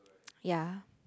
ya